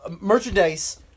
merchandise